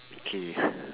okay